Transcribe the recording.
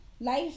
life